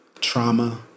trauma